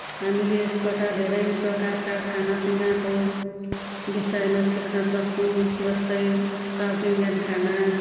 हामीले यसबाट धेरै प्रकारका खानापिनाको बिषयमा सिख्न सक्छौँ जस्तै साउथ इन्डियन खाना